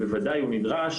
ובוודאי הוא נדרש